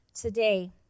today